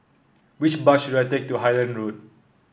which bus should I take to Highland Road